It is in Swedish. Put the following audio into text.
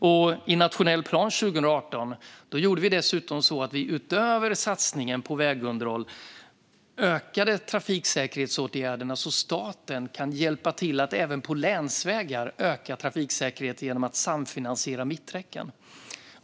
I den nationella planen 2018 ökade vi, utöver satsningen på vägunderhåll, trafiksäkerhetsåtgärderna så att staten kan hjälpa till att även på länsvägar öka trafiksäkerhet genom att samfinansiera mitträcken.